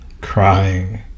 crying